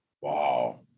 Wow